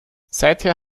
seither